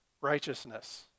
Righteousness